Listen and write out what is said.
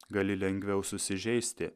gali lengviau susižeisti